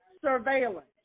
surveillance